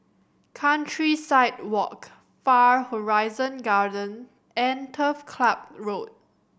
Countryside Walk Far Horizon Garden and Turf Club Road